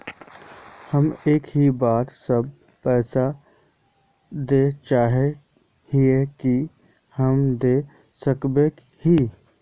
हम एक ही बार सब पैसा देल चाहे हिये की हम दे सके हीये?